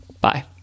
bye